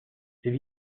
c’est